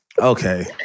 Okay